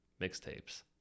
mixtapes